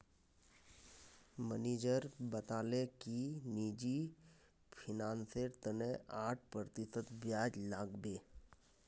manager बताले कि निजी फिनांसेर तने आठ प्रतिशत ब्याज लागबे